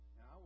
Now